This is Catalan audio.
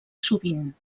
sovint